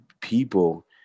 people